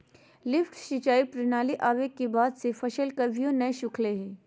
lift सिंचाई प्रणाली आवे के बाद से फसल कभियो नय सुखलय हई